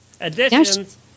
Additions